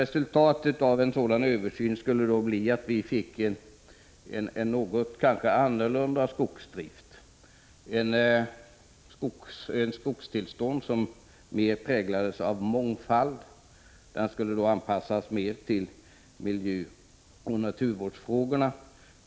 Resultatet av en sådan översyn skulle bli att vi fick en kanske något annorlunda skogsdrift med ett skogsbestånd som mer präglades av mångfald. Den skulle anpassas mer till miljöoch naturvårdens behov.